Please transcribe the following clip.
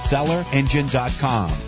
SellerEngine.com